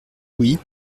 louis